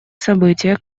события